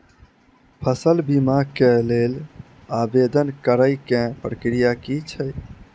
फसल बीमा केँ लेल आवेदन करै केँ प्रक्रिया की छै?